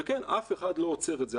וכן, אף אחד לא עוצר את זה.